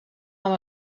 amb